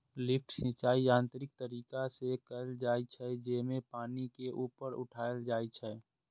lift सिंचाइ यांत्रिक तरीका से कैल जाइ छै, जेमे पानि के ऊपर उठाएल जाइ छै